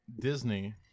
Disney